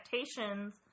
expectations